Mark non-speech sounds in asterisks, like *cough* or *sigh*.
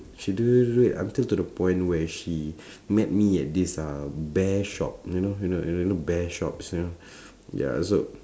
she do do do it until to the point where she *breath* met me at this uh bear shop you know you know you know bear shops you know *breath* ya so